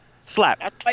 Slap